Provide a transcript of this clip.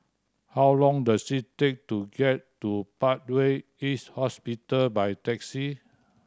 how long does it take to get to Parkway East Hospital by taxi